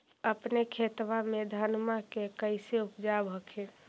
अपने खेतबा मे धन्मा के कैसे उपजाब हखिन?